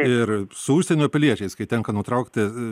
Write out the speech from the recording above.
ir su užsienio piliečiais kai tenka nutraukti